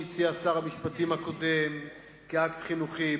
שהציע שר המשפטים הקודם כאקט חינוכי,